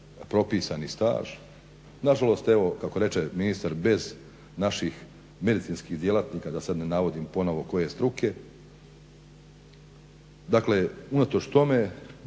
propisani staž. Nažalost evo, kako reče ministar, bez naših medicinskih djelatnika da sad ne navodim ponovno koje struke dakle unatoč tome